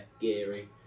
Geary